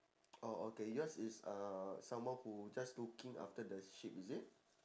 oh okay yours is uh someone who just looking after the sheep is it